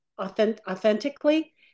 authentically